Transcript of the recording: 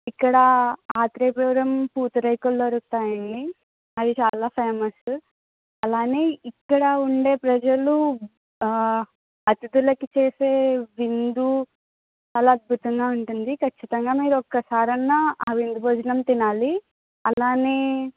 ఇక్కడ ఆత్రేయపురం పూతరేకులు దొరుకుతాయండి అది చాలా ఫేమస్ అలానే ఇక్కడ ఉండే ప్రజలు అతిథులకు చేసే విందు చాలా అద్భుతంగా ఉంటుంది ఖచ్చితంగా మీరు ఒక్కసారన్నా ఆ విందు భోజనం తినాలి అలానే